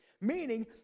Meaning